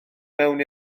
mewn